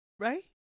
Right